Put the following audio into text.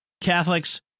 Catholics